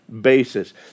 basis